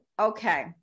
Okay